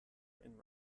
and